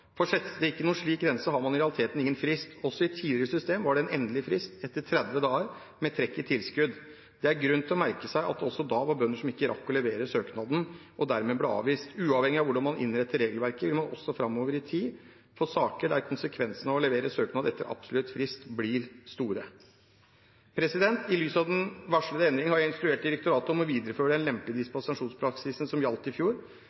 For settes det ikke noen slik grense, har man i realiteten ingen frist. Også i tidligere system var det en endelig frist etter 30 dager, med trekk i tilskudd. Det er grunn til å merke seg at det også da var bønder som ikke rakk å levere søknad og dermed ble avvist. Uavhengig av hvordan man innretter regelverket, vil man også framover i tid få saker der konsekvensene av å levere søknad etter absolutt frist blir store. I lys av de varslede endringene har jeg instruert direktoratet om å videreføre den lempelige dispensasjonspraksisen som gjaldt i fjor.